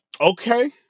Okay